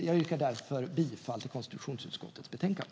Jag yrkar bifall till förslaget i konstitutionsutskottets betänkande.